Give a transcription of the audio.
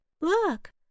Look